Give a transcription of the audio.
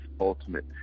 ultimate